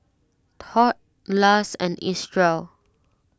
Tod Lars and Isreal